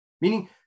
Meaning